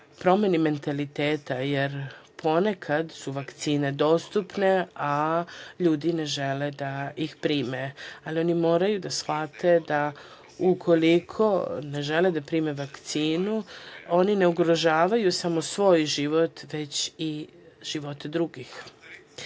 promeni mentaliteta, jer ponekad su vakcine dostupne, a ljudi ne žele da ih prime. Ali, oni moraju da shvate da ukoliko ne žele da prime vakcinu, oni ne ugrožavaju samo svoj život, već i živote drugih. Posle